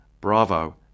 Bravo